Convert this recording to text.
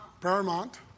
Paramount